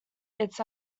this